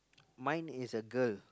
mine is a girl